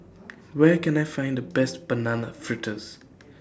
Where Can I Find The Best Banana Fritters